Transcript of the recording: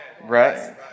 Right